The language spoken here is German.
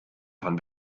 von